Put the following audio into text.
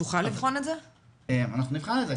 אנחנו נבחן את זה,